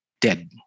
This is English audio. dead